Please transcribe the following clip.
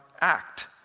act